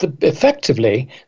effectively